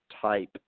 type